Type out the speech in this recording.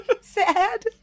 sad